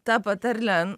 tą patarlę